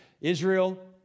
Israel